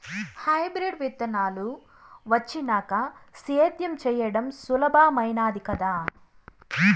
hybrid విత్తనాలు వచ్చినాక సేద్యం చెయ్యడం సులభామైనాది కదా